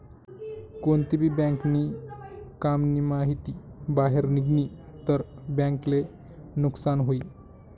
कोणती भी बँक नी काम नी माहिती बाहेर निगनी तर बँक ले नुकसान हुई